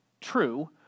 true